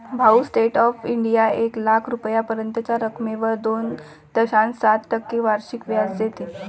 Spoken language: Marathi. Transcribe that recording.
भाऊ, स्टेट बँक ऑफ इंडिया एक लाख रुपयांपर्यंतच्या रकमेवर दोन दशांश सात टक्के वार्षिक व्याज देते